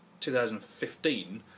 2015